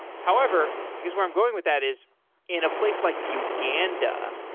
however, because where i'm going with that is in a place like uganda,